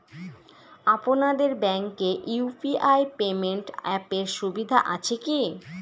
আপনাদের ব্যাঙ্কে UPI payment অ্যাপের সুবিধা আছে কি?